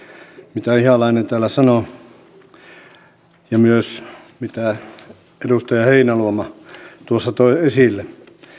mitä ihalainen täällä sanoi ja myös mitä edustaja heinäluoma tuossa toi esille